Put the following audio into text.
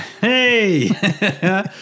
Hey